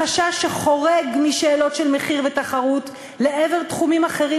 חשש שחורג משאלות של מחיר ותחרות לעבר תחומים אחרים,